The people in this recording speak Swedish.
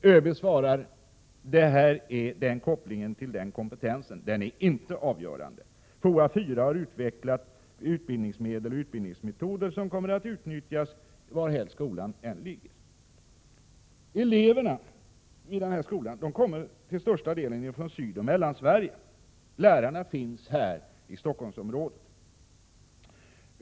ÖB svarar att kopplingen till den kompetensen inte är avgörande. FOA 4 har utvecklat utbildningsmateriel och utbildningsmetoder som kommer att utnyttjas varhelst skolan än ligger. Eleverna vid skolan kommer till stor del från Sydoch Mellansverige. Lärarna finns här i Stockholmsområdet.